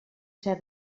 ser